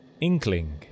Inkling